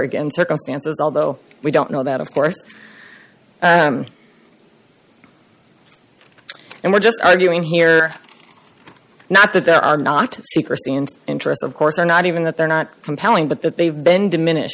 again circumstances although we don't know that of course and we're just arguing here not that there are not secrecy and interests of course are not even that they're not compelling but that they've been diminish